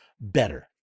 better